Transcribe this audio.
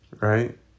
Right